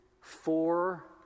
four